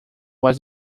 was